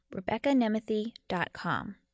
RebeccaNemethy.com